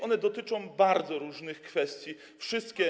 One dotyczą bardzo różnych kwestii, wszystkie.